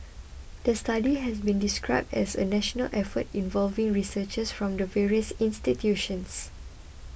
the study has been described as a national effort involving researchers from the various institutions